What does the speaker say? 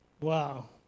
Wow